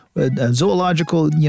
zoological